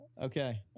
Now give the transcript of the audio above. Okay